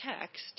text